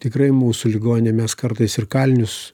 tikrai mūsų ligoninė mes kartais ir kalinius